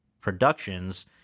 productions